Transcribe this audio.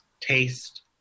Taste